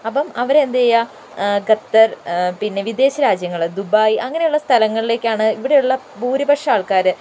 അപ്പം അവരെ എന്തു ചെയ്യാം ഖത്തർ പിന്നെ വിദേശ രാജ്യങ്ങൾ ദുബായ് അങ്ങനെയുള്ള സ്ഥലങ്ങളിലേയ്ക്കാണ് ഇവിടെയുള്ള ഭൂരിപക്ഷം ആൾക്കാർ